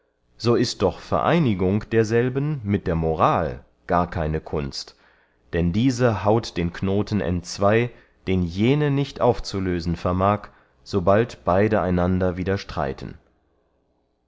so ist doch vereinigung derselben mit der moral gar keine kunst denn diese haut den knoten entzwey den jene nicht aufzulösen vermag sobald beyde einander